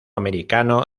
americano